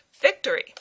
victory